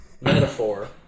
metaphor